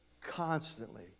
constantly